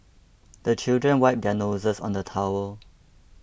the children wipe their noses on the towel